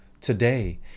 today